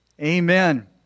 Amen